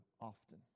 often